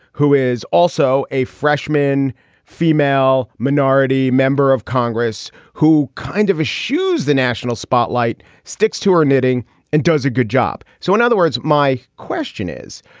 who is also a freshman female minority member of congress who kind of issues the national spotlight, sticks to her knitting and does a good job. so, in other words, my question is,